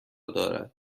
دارد